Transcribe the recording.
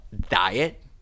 diet